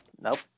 Nope